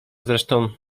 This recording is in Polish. zresztą